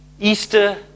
Easter